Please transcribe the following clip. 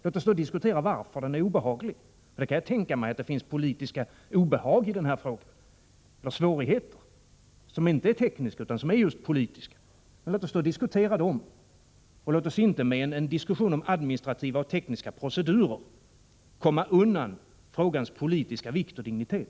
Låt oss då diskutera varför frågan är obehaglig. Jag kan mycket väl tänka mig att det finns svårigheter förknippade med denna fråga som inte är tekniska utan just politiska, men låt oss då diskutera dem! Låt oss inte med en diskussion om administrativa och tekniska procedurer försöka komma undan frågans politiska vikt och dignitet!